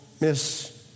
miss